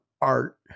art